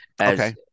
Okay